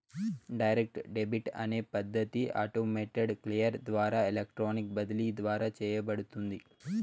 direct debit అనే పద్ధతి automated clear ద్వారా ఎలక్ట్రానిక్ బదిలీ ద్వారా చేయబడుతుంది